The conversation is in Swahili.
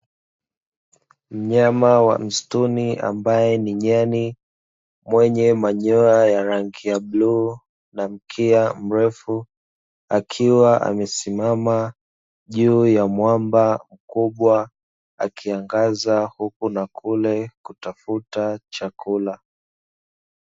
Mnyama wa msituni ambaye ni nyani, mwenye manyoya ya rangi ya bluu na mkia mrefu, akiwa amesimama juu ya mwamba mkubwa akiangaza huku na kule kutafuta chakula.